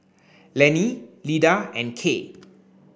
Lenny Lyda and Kaye